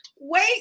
Wait